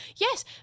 Yes